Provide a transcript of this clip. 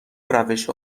روش